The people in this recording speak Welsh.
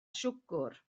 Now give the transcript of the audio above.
siwgr